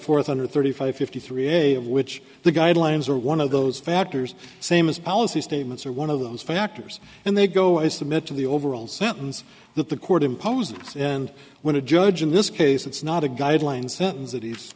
forth under thirty five fifty three a of which the guidelines are one of those factors same as policy statements are one of those factors and they go i submit to the overall sentence that the court imposes and when a judge in this case it's not a guideline sentence